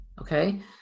okay